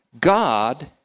God